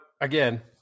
again